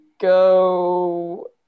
go